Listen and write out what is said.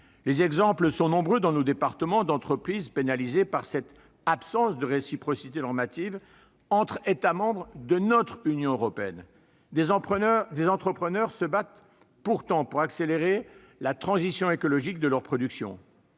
Les exemples sont nombreux, dans nos départements, d'entreprises pénalisées par cette absence de réciprocité normative entre États membres de notre Union européenne. Des entrepreneurs se battent pourtant pour accélérer la transition écologique de leurs productions.